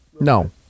No